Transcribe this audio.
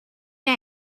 pay